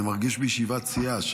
אני מרגיש בישיבת סיעה,